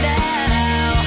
now